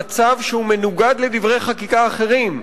מצב שהוא מנוגד לדברי חקיקה אחרים,